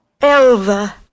Elva